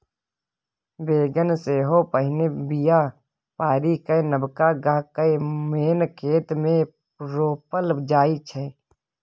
बेगन सेहो पहिने बीया पारि कए नबका गाछ केँ मेन खेत मे रोपल जाइ छै